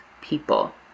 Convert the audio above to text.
people